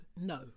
No